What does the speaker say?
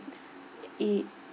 it